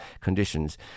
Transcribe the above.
conditions